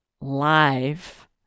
live